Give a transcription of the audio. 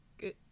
Good